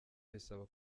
bisaba